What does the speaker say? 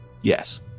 Yes